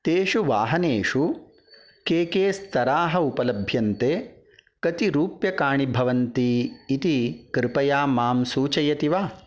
तेषु वाहनेषु के के स्तराः उपलभ्यन्ते कति रूप्यकाणि भवन्ति इति कृपया मां सूचयति वा